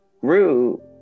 grew